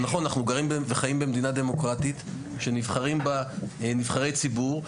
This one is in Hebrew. זה נכון אנחנו גרים וחיים במדינה דמוקרטית שנבחרים בה נבחרי ציבור,